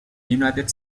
united